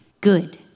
good